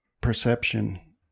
perception